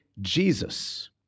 Jesus